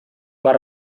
bar